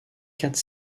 quatre